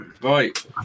Right